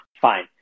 fine